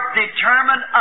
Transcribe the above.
determined